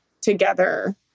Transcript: together